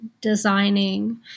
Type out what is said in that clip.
designing